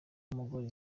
umugore